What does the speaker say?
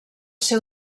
ser